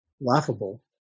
laughable